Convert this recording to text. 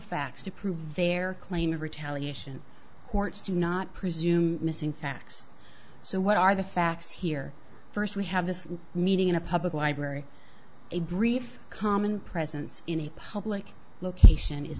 facts to prove their claim of retaliation courts do not presume missing facts so what are the facts here first we have this meeting in a public library a brief common presence in a public location is